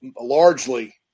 largely